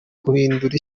guhindura